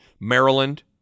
Maryland